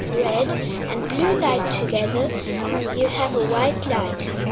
red and blue light together you have a white light.